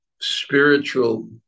spiritual